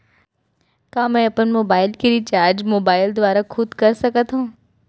का मैं अपन मोबाइल के रिचार्ज मोबाइल दुवारा खुद कर सकत हव?